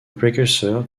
precursor